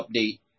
update